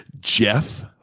Jeff